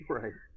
right